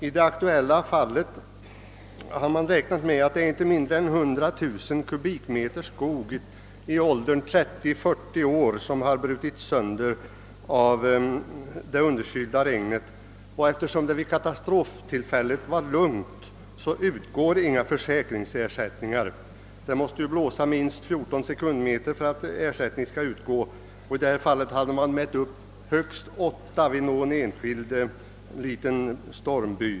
I det aktuella fallet har man räknat med att det är inte mindre än 100000 kubikmeter skog i åldern 30—40 år som har brutits sönder av underkylt regn. Eftersom det vid katastroftillfället var lugnt utgår inga försäkringsersättningar. Det måste blåsa minst 14 sekundmeter för att ersättning skall utgå. I detta fall hade man mätt upp högst 8 sekundmeter vid någon enskild liten stormby.